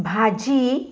भाजी